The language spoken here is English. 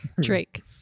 Drake